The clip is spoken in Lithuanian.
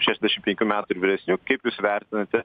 šešiasdešim penkių metų ir vyresnių kaip jūs vertinate